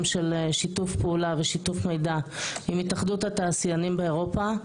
של שיתוף פעולה ושיתוף מידע עם התאחדות התעשיינים באירופה,